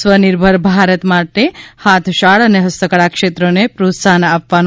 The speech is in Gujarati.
સ્વનિર્ભર ભારત માટે હાથશાળ અને હસ્તકળા ક્ષેત્રોને પ્રોત્સાહન આપવાનો